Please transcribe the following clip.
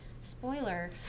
Spoiler